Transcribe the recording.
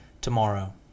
tomorrow